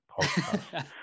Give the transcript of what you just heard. podcast